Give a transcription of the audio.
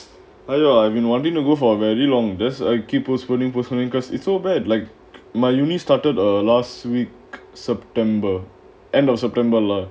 ah I've been wanting to go for very long then I keep postponing persuading because it's so bad like my university started uh last week september end of september lah